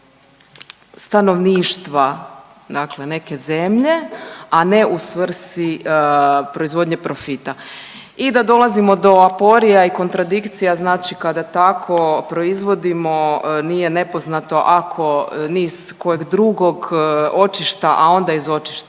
stanovništva neke zemlje, a ne u svrsi proizvodnje profita. I da dolazimo do aporija i kontradikcija kada tako proizvodimo nije nepoznato ako niz kojeg drugog očišta, a onda iz očišta